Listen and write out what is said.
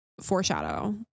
foreshadow